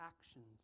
actions